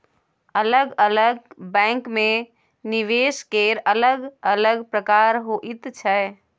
अलग अलग बैंकमे निवेश केर अलग अलग प्रकार होइत छै